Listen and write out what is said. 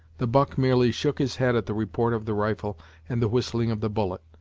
the buck merely shook his head at the report of the rifle and the whistling of the bullet,